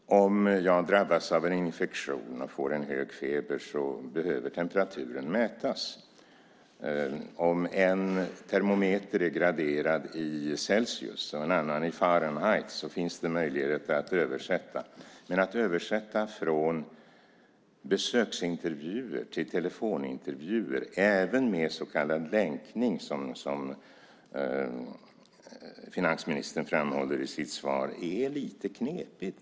Fru talman! Om jag drabbas av en infektion och får hög feber behöver temperaturen mätas. Om en termometer är graderad i Celsius och en annan i Fahrenheit finns det möjlighet att översätta, men att översätta från besöksintervjuer till telefonintervjuer, även med så kallad länkning som finansministern framhåller i sitt svar, är lite knepigt.